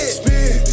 spin